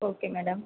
okay madam